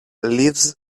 leaves